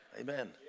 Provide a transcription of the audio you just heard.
Amen